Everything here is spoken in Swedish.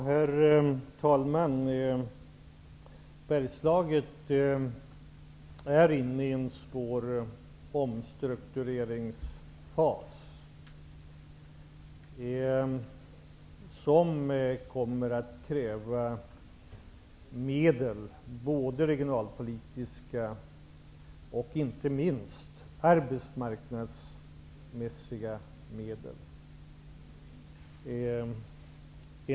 Herr talman! Bergslagen är inne i en svår omstruktureringsfas, som en period framöver kommer att kräva både regionalpolitiska och arbetsmarknadsmässiga medel.